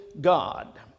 God